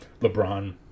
LeBron